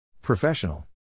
Professional